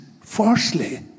falsely